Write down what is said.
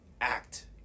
act